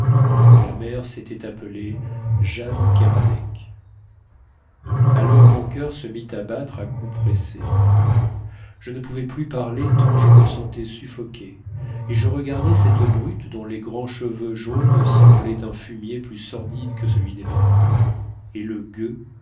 la mère s'était appelée jeanne kerradec alors mon coeur se mit à battre à coups pressés je ne pouvais plus parler tant je me sentais suffoqué et je regardais cette brute dont les grands cheveux jaunes semblaient un fumier plus sordide que celui des bêtes et le gueux